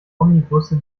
omnibusse